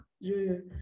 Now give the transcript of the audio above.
Je